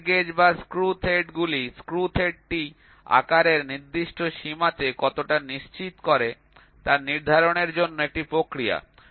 thread gauge বা screw thread গুলি screw থ্রেডটি আকারের নির্দিষ্ট সীমাতে কতটা নিশ্চিত করে তা নির্ধারণের জন্য একটি প্রক্রিয়া